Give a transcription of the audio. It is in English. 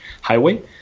highway